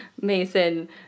Mason